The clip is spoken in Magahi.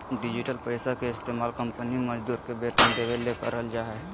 डिजिटल पैसा के इस्तमाल कंपनी मजदूर के वेतन देबे ले करल जा हइ